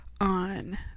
on